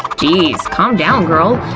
geez, calm down, girl,